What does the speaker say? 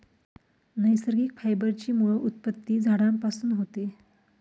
नैसर्गिक फायबर ची मूळ उत्पत्ती झाडांपासून होते